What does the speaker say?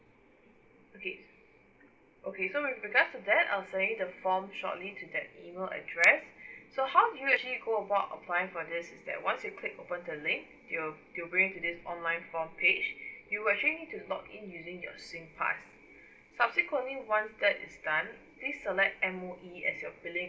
okay okay so with regards to that I'll send you the form shortly to that email address so how do you actually go about applying for this is that once you click open the link it'll it'll bring this online form page you'll actually need to login using your sing pass subsequently once that is done please select M_O_E as your billing